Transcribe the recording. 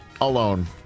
alone